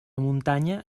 muntanya